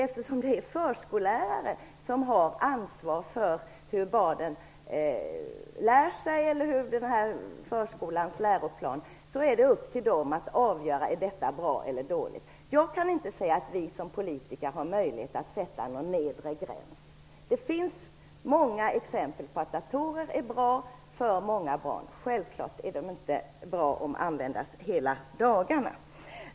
Eftersom det är förskollärare som har ansvar för hur barnen lär sig och för förskolans läroplan, är det upp till dem att avgöra om detta är bra eller dåligt. Jag kan inte se att vi som politiker har möjlighet att sätta någon nedre gräns. Det finns många exempel på att datorer är bra för många barn. Självklart är det inte bra om de används hela dagarna.